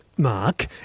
Mark